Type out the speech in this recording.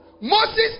Moses